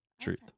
truth